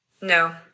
No